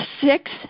six